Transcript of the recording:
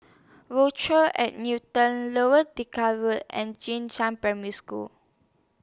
Rochelle At Newton Lower Delta Wood and Jing Shan Primary School